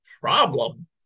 problem